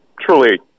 truly